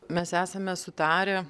mes esame sutarę